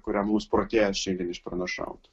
kurią mums protėjas šiandien išpranašauta